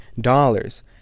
dollars